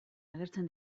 agertzen